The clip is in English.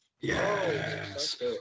Yes